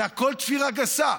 זה הכול תפירה גסה.